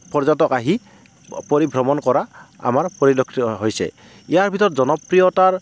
পৰ্যটক আহি পৰিভ্ৰমণ কৰা আমাৰ পৰিলক্ষিত হৈছে ইয়াৰ ভিতৰত জনপ্ৰিয়তাৰ